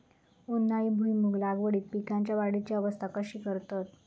उन्हाळी भुईमूग लागवडीत पीकांच्या वाढीची अवस्था कशी करतत?